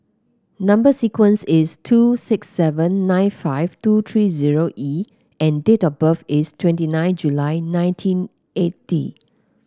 number sequence is two six seven nine five two three zero E and date of birth is twenty nine July nineteen eighty